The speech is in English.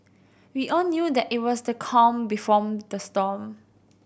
we all knew that it was the calm the storm